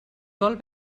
vol